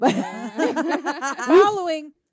following